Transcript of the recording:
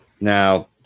now